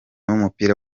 w’umupira